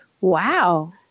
Wow